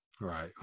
right